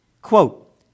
Quote